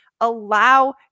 allow